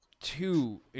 two